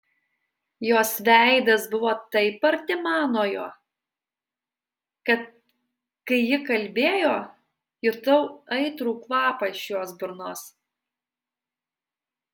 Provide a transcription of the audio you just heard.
jos veidas buvo taip arti manojo kad kai ji kalbėjo jutau aitrų kvapą iš jos burnos